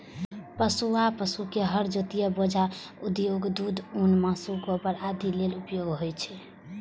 पोसुआ पशु के हर जोतय, बोझा उघै, दूध, ऊन, मासु, गोबर आदि लेल उपयोग होइ छै